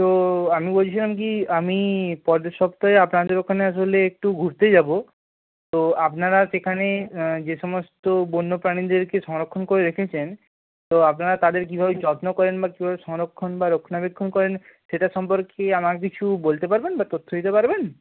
তো আমি বলছিলাম কি আমি পরের সপ্তাহে আপনাদের ওখানে আসলে একটু ঘুরতে যাব তো আপনারা সেখানে যে সমস্ত বন্য প্রাণীদেরকে সংরক্ষণ করে রেখেছেন তো আপনারা তাদের কীভাবে যত্ন করেন বা কীভাবে সংরক্ষণ বা রক্ষণাবেক্ষণ করেন সেটা সম্পর্কে আমাকে কিছু বলতে পারবেন বা তথ্য দিতে পারবেন